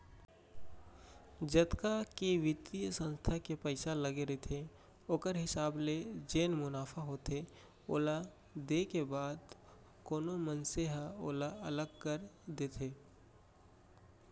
जतका के बित्तीय संस्था के पइसा लगे रहिथे ओखर हिसाब ले जेन मुनाफा होथे ओला देय के बाद कोनो मनसे ह ओला अलग कर देथे